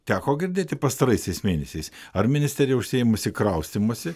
teko girdėti pastaraisiais mėnesiais ar ministerija užsiėmusi kraustymusi